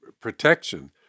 protection